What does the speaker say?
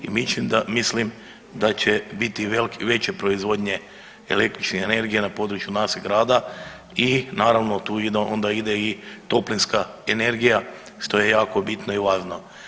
I mislim da će biti veće proizvodnje električne energije na području našeg grada i naravno, tu ide onda ide i toplinska energija, što je jako bitno i važno.